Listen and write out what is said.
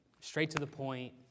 straight-to-the-point